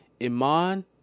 Iman